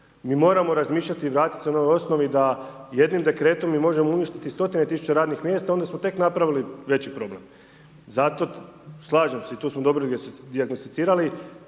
mi moramo razmišljati i vratiti se onoj osnovi da jednim dekretom mi možemo uništiti stotine tisuća radnih mjesta, onda smo tek napravili veći problem. Zato, slažem se i tu smo dobro dijagnosticirali